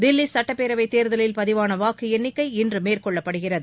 தில்லி சட்டப்பேரவை தேர்தலில் பதிவான வாக்கு எண்ணிக்கை இன்று மேற்கொள்ளப்படுகிறது